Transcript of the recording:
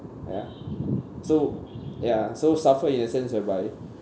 ya so ya so suffer in the sense whereby